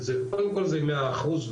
קודם כל זה מאה אחוז,